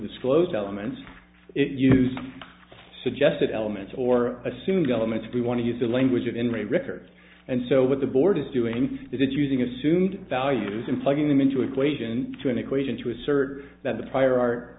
disclosed elements it used suggested elements or assumed elements we want to use the language of in records and so what the board is doing that is using assumed values and plugging them into equation two an equation to assert that the prior art